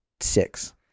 six